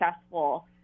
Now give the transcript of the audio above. successful